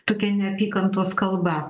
tokia neapykantos kalba